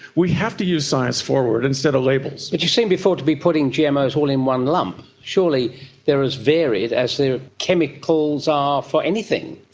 we have to use science forward instead of labels. but you seemed before to be putting gmos all in one lump. surely they are as varied as ah chemicals are for anything.